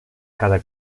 cada